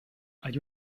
hay